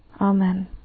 Amen